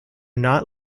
not